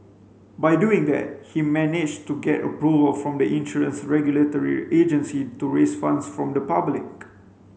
by doing that he managed to get approval from the insurance regulatory agency to raise funds from the public